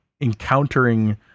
encountering